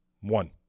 One